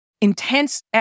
Intense